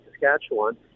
Saskatchewan